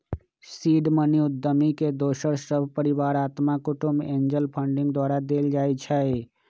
seed money उद्यमी के दोस सभ, परिवार, अत्मा कुटूम्ब, एंजल फंडिंग द्वारा देल जाइ छइ